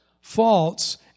faults